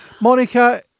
Monica